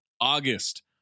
August